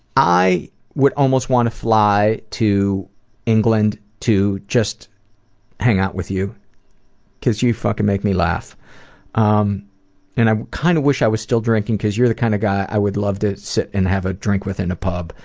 i would almost want to fly to england to just hang out with you because you fucking make me laugh um and i kind of wish i was still drinking because you are the kind of guy that i would love to sit and have a drink with in a pub